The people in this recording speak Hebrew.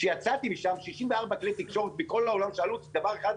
כשיצאתי משם 64 כלי תקשורת מכל העולם שאלו אותי דבר כאן,